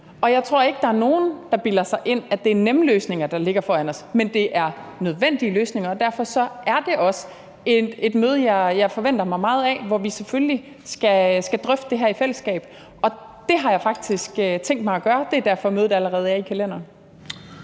sig ind, at det er nemme løsninger, der ligger foran os. Men det er nødvendige løsninger, og derfor er det også et møde, jeg forventer mig meget af, og hvor vi selvfølgelig skal drøfte det her i fællesskab, og det har jeg faktisk tænkt mig at gøre. Det er derfor, mødet allerede er i kalenderen.